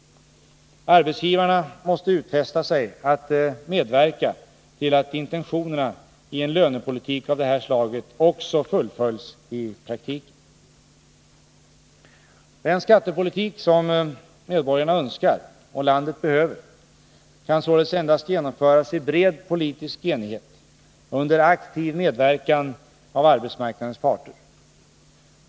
Arbetsgivarna måste utfästa sig att medverka till att intentionerna i en lönepolitik av det här slaget också fullföljs i praktiken. Den skattepolitik som medborgarna önskar och landet behöver kan således endast genomföras i bred politisk enighet och under aktiv medverkan av arbetsmarknadens parter.